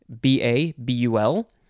B-A-B-U-L